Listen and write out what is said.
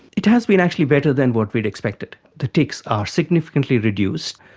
it has been actually better than what we had expected. the tics are significantly reduced,